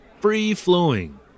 free-flowing